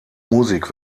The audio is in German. musik